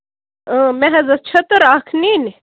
مےٚ حظ ٲسۍ چھٔترٕ اَکھ نِنۍ